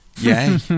Yay